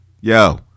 Yo